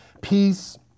Peace